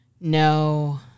No